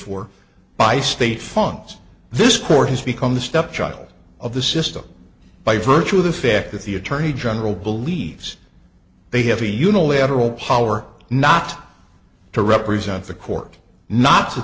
for by state funds this court has become the stepchild of the system by virtue of the fact that the attorney general believes they have a unilateral power not to represent the court not